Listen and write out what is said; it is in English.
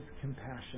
compassion